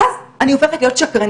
ואז אני הופכת להיות שקרנית.